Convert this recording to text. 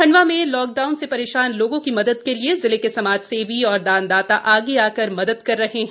खण्डवा में lockdown से परेशान लोगों की मदद के लिए जिले के समाजसेवी व दानदाता आगे आकर मदद कर रहे है